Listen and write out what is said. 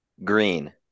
green